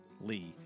Lee